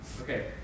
Okay